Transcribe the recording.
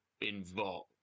involved